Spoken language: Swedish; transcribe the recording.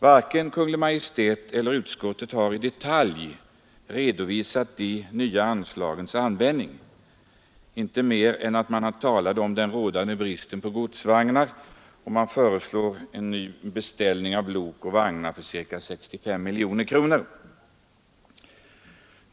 Varken Kungl. Maj:t eller utskottet har i detalj redovisat hur de nya anslagen bör användas i annan mån än att man talat om den rådande bristen på godsvagnar och föreslår en beställning av lok och vagnar för ca 65 miljoner kronor.